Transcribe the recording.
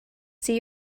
see